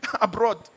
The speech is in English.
Abroad